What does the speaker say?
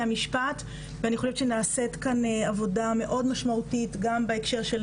המשפט ואני חושבת שנעשית כאן עבודה מאוד משמעותית גם בהקשר של